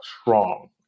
strong